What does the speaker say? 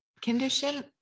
condition